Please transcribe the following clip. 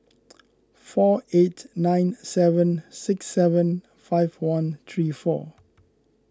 four eight nine seven six seven five one three four